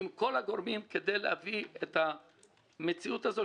עם כל הגורמים כדי להביא את המציאות הזאת,